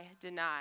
deny